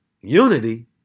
unity